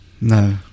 No